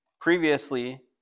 previously